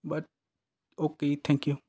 but okay ਜੀ thank you